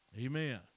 Amen